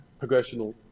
progressional